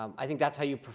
um i think that's how you